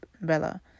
Bella